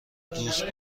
دوست